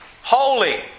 Holy